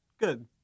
Good